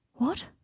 What